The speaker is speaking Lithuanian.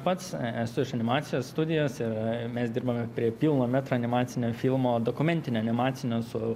pats esu iš animacijos studijos ir mes dirbame prie pilno metro animacinio filmo dokumentinio animacinio su